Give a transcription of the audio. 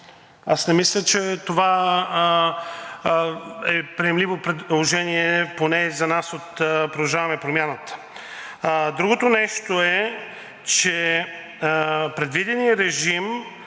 Аз не мисля, че това е приемливо предложение, поне за нас от „Продължаваме Промяната“. Другото нещо е, че предвиденият режим